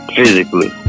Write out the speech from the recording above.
Physically